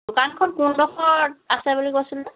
দোকানখন কোনডোখৰত আছে বুলি কৈছিলে